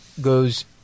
goes